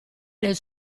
nel